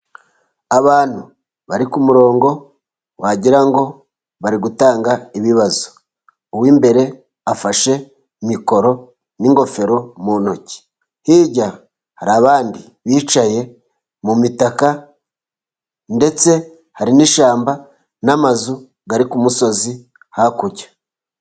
Abantu bari ku murongo wagirango ngo bari gutanga ibibazo uw'imbere afashe mikoro n'ingofero mu ntoki hirya hari abandi bicaye mu mitaka ndetse hari n'ishyamba n'amazu ari ku musozi hakurya.